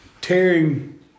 tearing